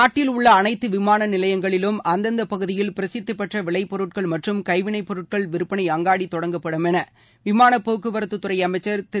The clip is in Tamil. நாட்டிலுள்ள அனைத்து விமான நிலையங்களிலும் அந்தந்தப் பகுதியில் பிரசித்திபெற்ற விளைபொருட்கள் மற்றும் கைவினைப்பொருட்கள் விற்பனை அங்காடி தொடங்கப்படும் என விமானப்போக்குவரத்துத்துறை அமைச்சர் திரு